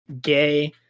gay